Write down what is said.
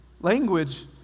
Language